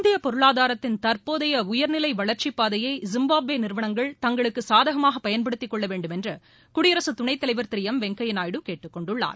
இந்திய பொருளாதாரத்தின் தற்போதைய உயர்நிலை வளர்ச்சி பாதையை ஜிம்பாப்வே நிறுவணங்கள் தங்களுக்கு சாதகமாக பயன்படுத்தி கொள்ளவேண்டும் என்று குடியரசு துணைத் தலைவர் திரு எம் வெங்கையா நாயுடு கேட்டுக்கொண்டுள்ளார்